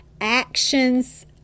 actions